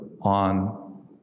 on